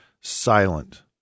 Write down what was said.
silent